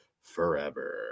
forever